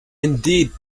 indeed